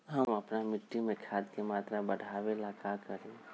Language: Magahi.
हम अपना मिट्टी में खाद के मात्रा बढ़ा वे ला का करी?